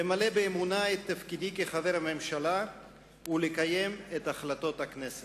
למלא באמונה את תפקידי כחבר הממשלה ולקיים את החלטות הכנסת.